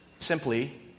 Simply